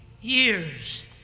years